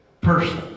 person